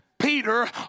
Peter